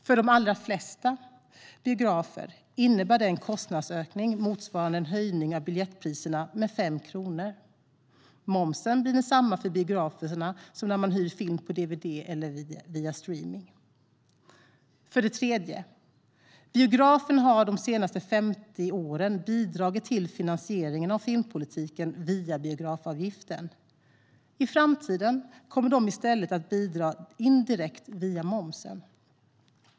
För de allra flesta biografer innebär det en kostnadsökning motsvarande en höjning av biljettpriset med 5 kronor. Momsen blir densamma för biograferna som när man hyr film på dvd eller via streamning. För det tredje: Biograferna har under de senaste 50 åren bidragit till finansieringen av filmpolitiken via biografavgiften. I framtiden kommer de i stället att bidra indirekt via momsen.